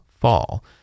fall